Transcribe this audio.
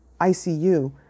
ICU